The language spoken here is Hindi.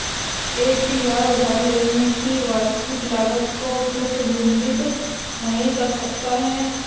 ए.पी.आर उधार लेने की वास्तविक लागत को प्रतिबिंबित नहीं कर सकता है